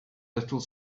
little